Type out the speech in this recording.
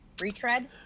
retread